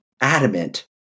adamant